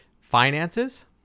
finances